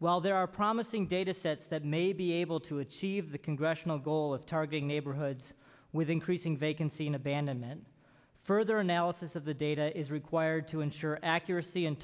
while there are promising datasets that may be able to achieve the congressional goal of targeting neighborhoods with increasing vacancy an abandonment further analysis of the data is required to ensure accuracy and